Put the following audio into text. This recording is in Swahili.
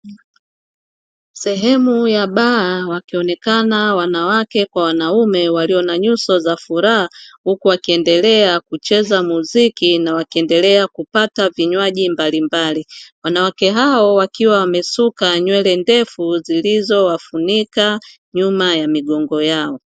Sehemu ya baa wakionekana wanawake kwa wanaume walio na nyuso za furaha huku wakiendelea kucheza muziki, na wakiendelea kupata vinywaji mbalimbali wanawake hao wakiwa wamesuka nywele ndefu zilizowafunika nyuma ya migongo yao.